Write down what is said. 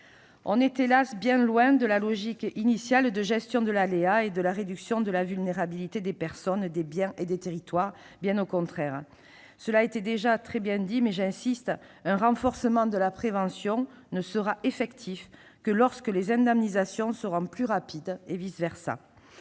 On est, hélas ! bien loin de la logique initiale de gestion de l'aléa et de la réduction de la vulnérabilité des personnes, des biens et des territoires, bien au contraire ! Cela a déjà été très bien dit, mais j'y insiste, un renforcement de la prévention ne sera effectif que lorsque les indemnisations seront plus rapides et vice versa.